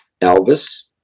elvis